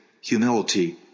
humility